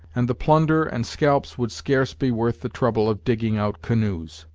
and the plunder and scalps would scarce be worth the trouble of digging out canoes.